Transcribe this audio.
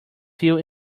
fill